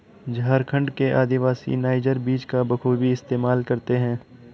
झारखंड के आदिवासी नाइजर बीज का बखूबी इस्तेमाल करते हैं